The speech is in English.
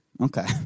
Okay